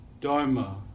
Dharma